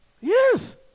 Yes